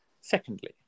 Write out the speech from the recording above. secondly